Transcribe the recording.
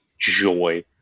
joy